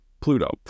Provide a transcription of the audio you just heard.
pluto